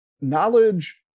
knowledge